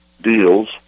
deals